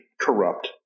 corrupt